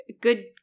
good